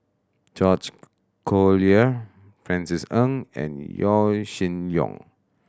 George Collyer Francis Ng and Yaw Shin Leong